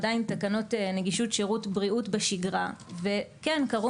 עדיין תקנות נגישות שירות בריאות בשגרה וכן קרו